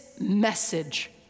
message